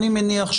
אני מניח,